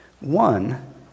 One